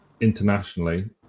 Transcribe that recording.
internationally